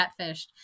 catfished